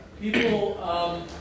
people